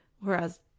whereas